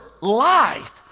life